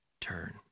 turn